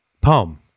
Palm